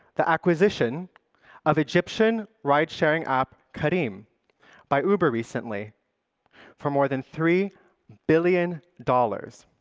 the acquisition of egyptian ride-sharing app careem by uber recently for more than three billion dollars,